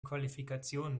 qualifikationen